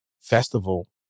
festival